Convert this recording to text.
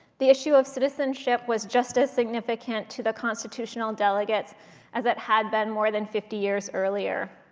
the issue of citizenship was just as significant to the constitutional delegates as it had been more than fifty years earlier.